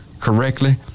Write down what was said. correctly